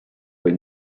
või